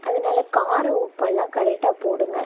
அதனால காரம் உப்பெல்லாம் கரெக்டாக போடுங்கள்